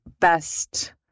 best